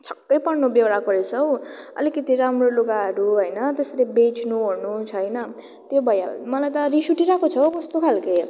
छक्क पर्नु बेहोराको रहेछ हो अलिकति राम्रो लुगाहरू होइन त्यसरी बेच्नु ओर्नु छैन त्यो भैया मलाई त रिस उठिरहेको छ हो कस्तो खाले